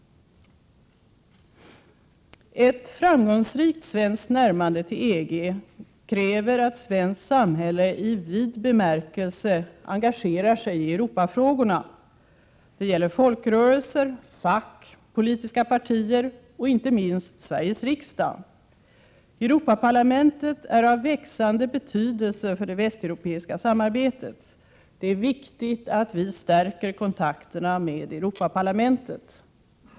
Ett framgångsrikt svenskt närmande till EG kräver att svenskt samhälle i vid bemärkelse engagerar sig i Europafrågorna. Det gäller folkrörelser, fack, politiska partier och inte minst Sveriges riksdag. Europaparlamentet är av växande betydelse för det västeuropeiska samarbetet. Det är viktigt att vi stärker kontakterna med Europaparlamentet.